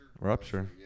Rupture